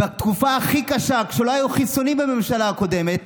בתקופה הכי קשה, כשלא היו חיסונים בממשלה הקודמת